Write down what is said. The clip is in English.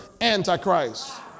antichrist